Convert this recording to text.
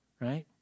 right